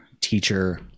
teacher